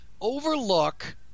overlook